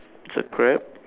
there's a crab